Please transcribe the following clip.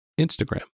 Instagram